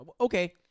okay